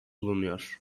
bulunuyor